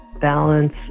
Balance